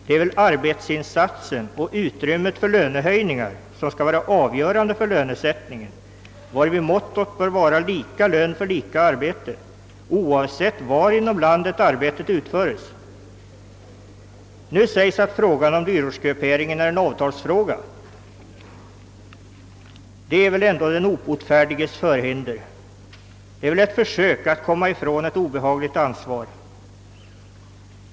Det är väl arbetsinsatsen och utrymmet för lönehöjningar som skall vara avgörande för lönesättningen, varvid mottot bör vara lika lön för lika arbete oavsett var inom landet arbetet utföres. Nu sägs att frågan om dyrortsgruppering är en avtalsfråga. Det är väl ändå den obotfärdiges förhinder — ett försök att komma ifrån ett obehagligt ansvar.